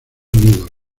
unidos